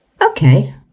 Okay